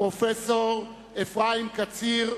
הפרופסור אפרים קציר,